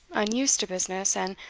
unused to business, and,